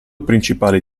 principali